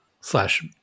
slash